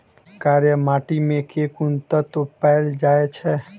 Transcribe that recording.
कार्य माटि मे केँ कुन तत्व पैल जाय छै?